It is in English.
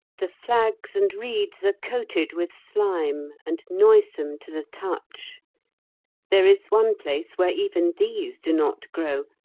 the flags and reeds are coated with slime and noisome to the touch there is one place where even these do not grow,